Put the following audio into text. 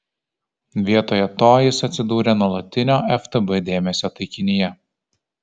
vietoje to jis atsidūrė nuolatinio ftb dėmesio taikinyje